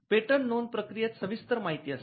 patent नोंद प्रक्रियेत सर्व सविस्तर माहिती असते